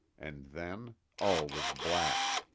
and then all was black.